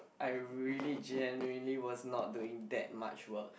I really genuinely was not doing that much work